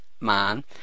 man